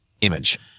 Image